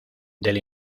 del